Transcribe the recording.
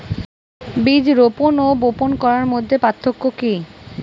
বীজ রোপন ও বপন করার মধ্যে পার্থক্য কি?